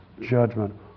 judgment